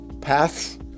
paths